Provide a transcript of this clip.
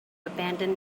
abandon